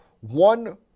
One